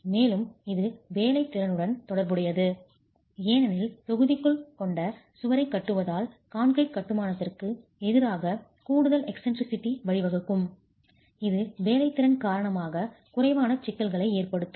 மேலும் இது வேலைத்திறனுடன் தொடர்புடையது ஏனெனில் தொகுதிகள் கொண்ட சுவரைக் கட்டுவதால் கான்கிரீட் கட்டுமானத்திற்கு எதிராக கூடுதல் eccentricity மைய பிறழ்ச்சிகளுக்கு வழிவகுக்கும் இது வேலைத்திறன் காரணமாக குறைவான சிக்கல்களை ஏற்படுத்தும்